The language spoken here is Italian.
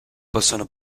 possono